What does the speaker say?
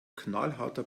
knallharter